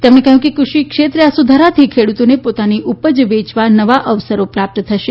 તેમણે કહ્યું કે કૃષિ ક્ષેત્રે આ સુધારાથી ખેડૂતોને પોતાની ઉપજ વેચવા નવા અવસર પ્રાપ્ત થશે